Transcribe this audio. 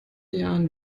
jahren